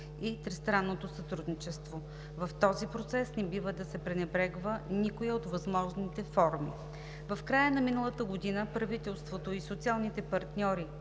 и тристранното сътрудничество. В този процес не бива да се пренебрегва никоя от възможните форми. В края на миналата година правителството и социалните партньори